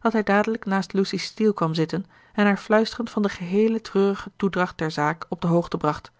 dat hij dadelijk naast lucy steele kwam zitten en haar fluisterend van de geheele treurige toedracht der zaak op de hoogte bracht